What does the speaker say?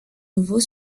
nouveau